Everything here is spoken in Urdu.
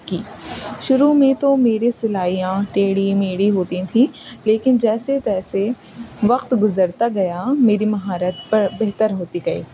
کی شروع میں تو میری سلائیاں ٹیڑھی میڑھی ہوتی تھیں لیکن جیسے تیسے وقت گزرتا گیا میری مہارت پر بہتر ہوتی گئی